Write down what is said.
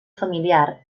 familiar